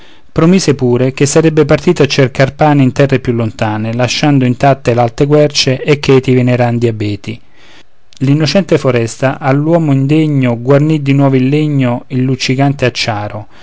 promise pure che sarebbe partito a cercar pane in terre più lontane lasciando intatte l'alte querce e cheti i venerandi abeti l'innocente foresta all'uomo indegno guarnì di nuovo legno il luccicante acciaro ma